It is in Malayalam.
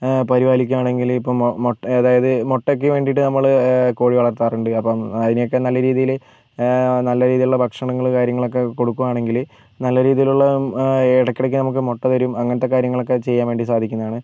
പരിപാലിക്കുവാണെങ്കി ഇപ്പോൾ മൊട്ട് അതായത് മുട്ടക്ക് വേണ്ടീട്ട് നമ്മൾ കോഴി വളർത്താറുണ്ട് അപ്പം അതിനെക്കാൾ നല്ല രീതിയിൽ ആ നല്ല രീതിയിലുള്ള ഭക്ഷണങ്ങൾ കാര്യങ്ങളൊക്കെ കൊടുക്കുവാണെങ്കിൽ നല്ല രീതിയിലുള്ള ഇടക്കിടക്ക് നമുക്ക് മുട്ട തരും അങ്ങനത്തെ കാര്യങ്ങളൊക്കെ ചെയ്യാൻ വേണ്ടി സാധിക്കുന്നതാണ്